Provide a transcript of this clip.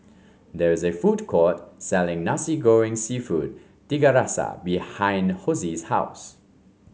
there is a food court selling Nasi Goreng seafood Tiga Rasa behind Hosie's house